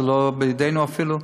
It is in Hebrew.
זה לא בידינו אפילו.